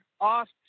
off